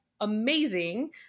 amazing